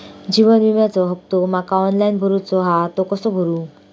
जीवन विम्याचो हफ्तो माका ऑनलाइन भरूचो हा तो कसो भरू?